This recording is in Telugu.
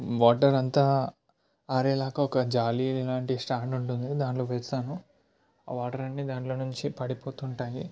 వాటర్ అంతా ఆరేలాగా ఒక జాలి లాంటి స్టాండ్ ఉంటుంది దాంట్లో వేస్తాను వాటర్ అన్ని దాంట్లో నుంచి పడిపోతు ఉంటాయి